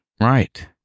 Right